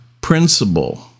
principle